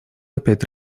опять